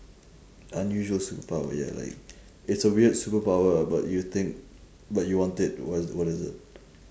unusual superpower ya like it's a weird superpower but you think but you want it what is what is it